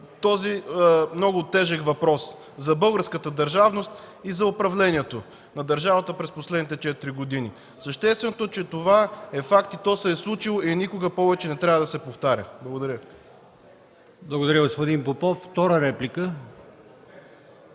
този много тежък въпрос за българската държавност и за управлението на държавата през последните четири години. Същественото е, че това е факт, то се е случило и никога повече не трябва да се повтаря. Благодаря Ви. ПРЕДСЕДАТЕЛ АЛИОСМАН ИМАМОВ: Благодаря, господин Попов. Втора реплика?